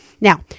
Now